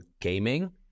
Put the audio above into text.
gaming